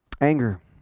Anger